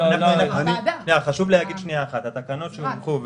חשוב להגיד שהתקנות שהונחו,